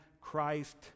Christ